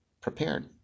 prepared